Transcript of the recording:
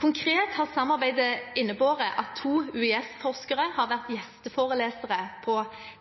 Konkret har samarbeidet innebåret at to UiS-forskere har vært gjesteforelesere på